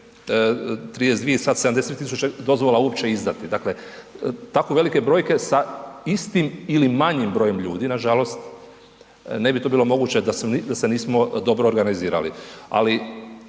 32 sad 72.000 dozvola uopće izdati. Dakle, tako velike brojke se istim ili manjem brojem ljudi nažalost ne bi to bilo moguće da se nismo dobro organizirali, ali